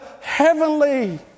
heavenly